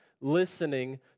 listening